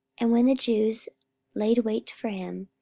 and when the jews laid wait for him,